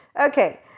okay